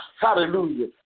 Hallelujah